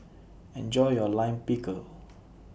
Enjoy your Lime Pickle